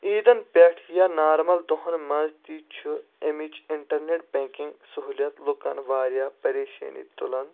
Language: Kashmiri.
عیٖدن پٮ۪ٹھ یا نارمل دۄہن منٛز تہِ چھُ أمِچ اِنٹرنیٹ بیکِنگ سہولیات لُکن واریاہ پریشأنی تُلان